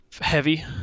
heavy